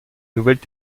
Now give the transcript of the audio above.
nouvelles